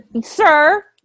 sir